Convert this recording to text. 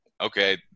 okay